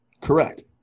correct